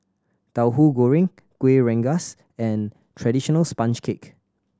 Tauhu Goreng Kuih Rengas and traditional sponge cake